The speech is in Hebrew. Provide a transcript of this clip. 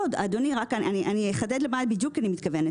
אדוני, אני אחדד למה התכוונתי.